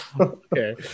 Okay